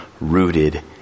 rooted